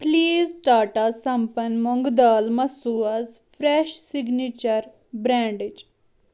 please Tata Sampann مۄنٛگہٕ دال مَہ سوز فرٛٮ۪ش سِکنیچر برینڈٕچ